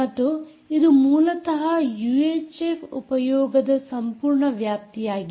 ಮತ್ತು ಇದು ಮೂಲತಃ ಯೂಎಚ್ಎಫ್ ಉಪಯೋಗದ ಸಂಪೂರ್ಣ ವ್ಯಾಪ್ತಿಯಾಗಿದೆ